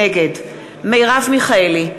נגד מרב מיכאלי,